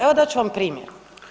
Evo dat ću vam primjer.